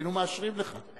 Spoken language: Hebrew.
היינו מאשרים לך.